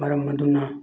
ꯃꯔꯝ ꯑꯗꯨꯅ